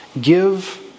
Give